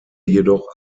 jedoch